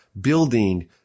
building